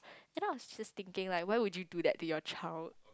and I was just thinking like why would you do that to your child